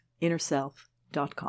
InnerSelf.com